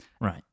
Right